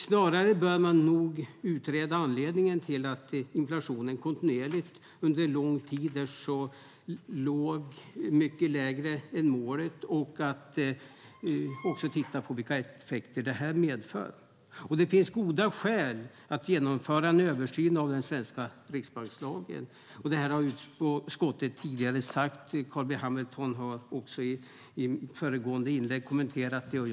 Snarare bör man nog utreda anledningen till att inflationen kontinuerligt under lång tid är så låg, mycket lägre än målet, och titta på vilka effekter det medför. Det finns goda skäl att genomföra en översyn av den svenska riksbankslagen. Det har utskottet tidigare sagt, och Carl B Hamilton har i föregående inlägg kommenterat det.